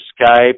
Skype